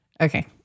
Okay